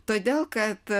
todėl kad